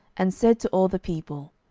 and said to all the people,